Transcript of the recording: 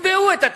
יקבעו את התקצוב,